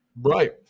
Right